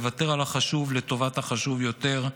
לוותר על החשוב לטובת החשוב יותר,